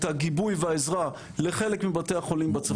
הגיבוי והעזרה לחלק מבתי החולים בצפון.